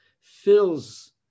fills